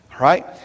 right